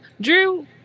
Drew